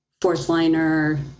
fourth-liner